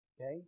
Okay